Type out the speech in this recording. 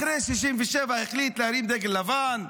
אחרי 67' החליט להרים דגל לבן?